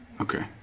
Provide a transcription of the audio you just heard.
Okay